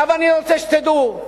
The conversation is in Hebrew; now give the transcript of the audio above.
עכשיו אני רוצה שתדעו,